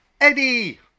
Eddie